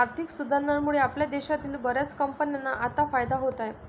आर्थिक सुधारणांमुळे आपल्या देशातील बर्याच कंपन्यांना आता फायदा होत आहे